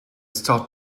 start